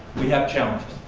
we have challenges,